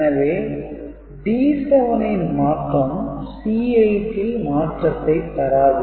எனவே D7 ன் மாற்றம் C8 ல் மாற்றத்தை தராது